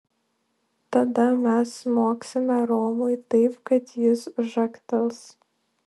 tada mes smogsime romui taip kad jis žagtels